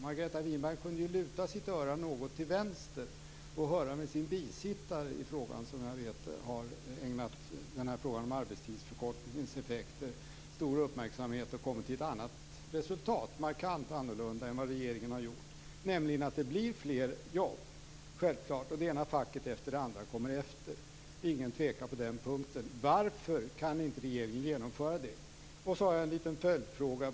Margareta Winberg kunde luta sitt öra något åt vänster och höra sin bisittare i frågan, som jag vet har ägnat frågan om effekterna av arbetstidsförkortning stor uppmärksamhet och har kommit fram till ett markant annorlunda resultat än vad regeringen har gjort, nämligen att det blir fler jobb. Det ena facket efter det andra kommer efter. Det råder inget tvivel på den punkten. Varför kan inte regeringen genomföra detta? Jag har en liten följdfråga.